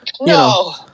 No